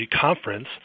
Conference